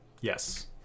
Yes